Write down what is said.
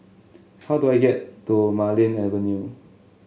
how do I get to Marlene Avenue